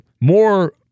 more